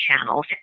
channels